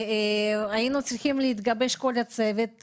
והיינו צריכים להתגבש כל הצוות,